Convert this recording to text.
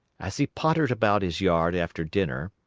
as he pottered about his yard after dinner,